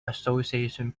association